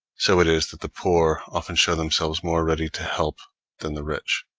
so it is that the poor often show themselves more ready to help than the rich.